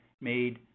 made